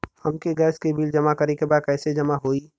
हमके गैस के बिल जमा करे के बा कैसे जमा होई?